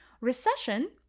Recession